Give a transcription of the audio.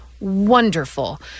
wonderful